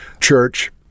church